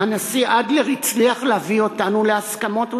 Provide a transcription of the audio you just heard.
הנשיא אדלר הצליח להביא אותנו להסכמות ולהבנות.